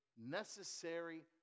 necessary